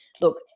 Look